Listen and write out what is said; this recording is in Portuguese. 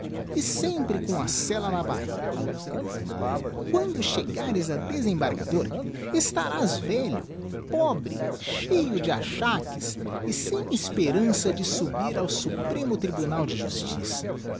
e sempre com a sella na barriga quando chegares a desembargador estarás velho pobre cheio de achaques e sem esperança de subir ao supremo tribunal de justiça